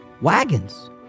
wagons